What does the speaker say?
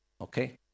okay